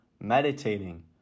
meditating